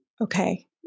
Okay